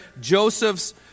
Joseph's